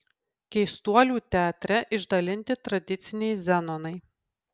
keistuolių teatre išdalinti tradiciniai zenonai